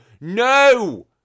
no